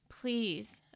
please